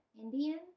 Indian